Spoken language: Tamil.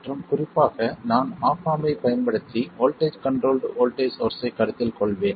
மற்றும் குறிப்பாக நான் ஆப் ஆம்ப் ஐப் பயன்படுத்தி வோல்ட்டேஜ் கண்ட்ரோல்ட் வோல்ட்டேஜ் சோர்ஸ்ஸைக் கருத்தில் கொள்வேன்